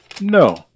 No